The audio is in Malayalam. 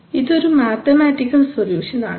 ഇതൊരു മാത്തമാറ്റിക്കൽ സൊല്യൂഷൻ ആണ്